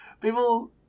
People